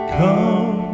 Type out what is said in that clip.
come